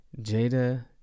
Jada